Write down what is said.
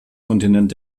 kontinent